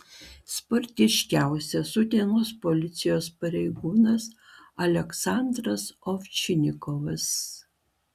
sportiškiausias utenos policijos pareigūnas aleksandras ovčinikovas